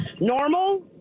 normal